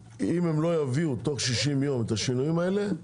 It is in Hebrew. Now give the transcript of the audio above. ואם הם לא יביאו את השינויים האלה תוך שישים יום,